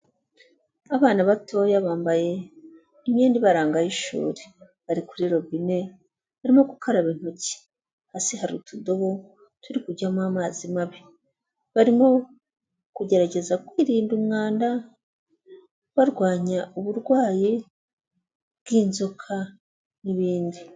Abana batoya bambaye imyenda ibaranga y'ishuri, bari kuri robine barimo gukaraba intoki, hasi hari utudobo turi kujyamo amazi mabi, barimo kugerageza kwiririnda umwanda barwanya uburwayi bw'inzoka n'ibindi.